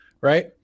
right